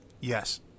Yes